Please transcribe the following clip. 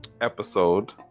episode